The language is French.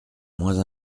moins